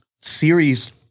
series